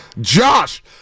Josh